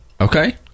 Okay